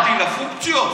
התחברתי לפונקציות?